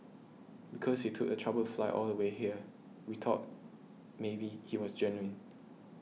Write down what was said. because he took the trouble fly all the way here we thought maybe he was genuine